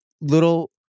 little